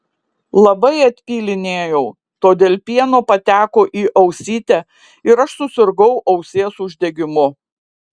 labai atpylinėjau todėl pieno pateko į ausytę ir aš susirgau ausies uždegimu